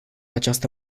această